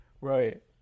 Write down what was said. right